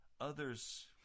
others